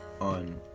on